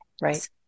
right